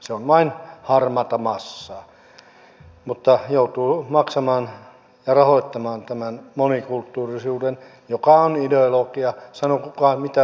se on vain harmaata massaa ja joutuu maksamaan ja rahoittamaan tämän monikulttuurisuuden joka on ideologia sanokaa mitä tahansa